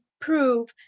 prove